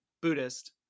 Buddhist